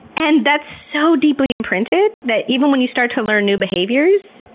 and that's so deeply imprinted that even when you start to learn new behaviors,